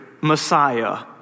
Messiah